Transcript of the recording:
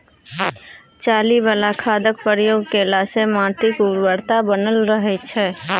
चाली बला खादक प्रयोग केलासँ माटिक उर्वरता बनल रहय छै